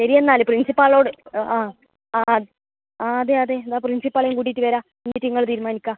ശരിയെന്നാൽ പ്രിൻസിപ്പാളോട് ആ ആ ആ അതെ അതെ എന്ന പ്രിൻസിപ്പാളെയും കൂട്ടിയിട്ട് വരാം എന്നിട്ട്നിങ്ങൾ തീരുമാനിക്ക്